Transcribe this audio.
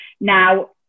now